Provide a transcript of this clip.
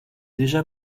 déjà